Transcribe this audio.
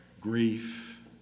grief